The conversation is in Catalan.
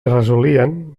resolien